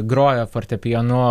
grojo fortepijonu